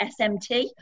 SMT